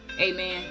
Amen